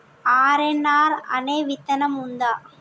RNR అనే విత్తనం ఉందా?